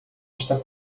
está